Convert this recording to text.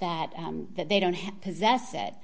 is that they don't have possess set